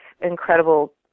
incredible